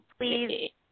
please